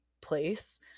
place